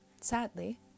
sadly